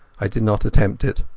i did not attempt it.